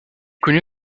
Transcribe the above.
connu